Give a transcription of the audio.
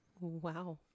Wow